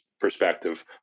perspective